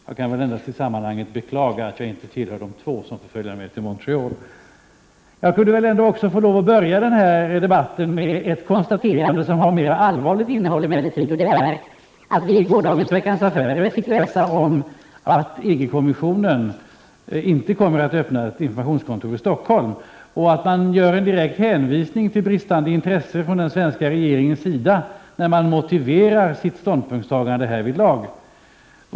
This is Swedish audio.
I sammanhanget kan jag väl endast beklaga att jag inte tillhör de två som får följa med till Montreal. Jag borde emellertid få lov att börja denna debatt med ett konstaterande som har ett mera allvarligt innehåll. I gårdagens nummer av Veckans Affärer fick vi läsa att EG-kommissionen inte kommer att öppna ett informationskontor i Stockholm och att man gör en direkt hänvisning till bristande intresse från den svenska regeringens sida när man motiverar sitt ståndpunktstagande härvidlag.